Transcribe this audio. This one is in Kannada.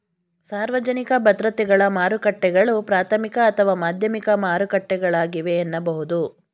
ಸಾರ್ವಜನಿಕ ಭದ್ರತೆಗಳ ಮಾರುಕಟ್ಟೆಗಳು ಪ್ರಾಥಮಿಕ ಅಥವಾ ಮಾಧ್ಯಮಿಕ ಮಾರುಕಟ್ಟೆಗಳಾಗಿವೆ ಎನ್ನಬಹುದು